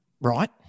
Right